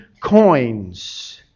coins